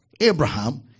Abraham